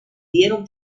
dieron